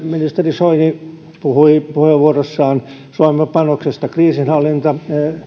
ministeri soini puhui puheenvuorossaan suomen panoksesta kriisinhallintaan